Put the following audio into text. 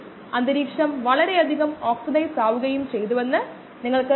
തരം വ്യത്യാസപ്പെട്ടിരിക്കുന്നു ഉയർന്ന താപനിലയോടുള്ള പ്രതികരണത്തിൽ നിന്ന് ഉണ്ടാകുന്ന തരങ്ങളിലെ വ്യത്യാസം